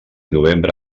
novembre